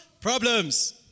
Problems